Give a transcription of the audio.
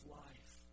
life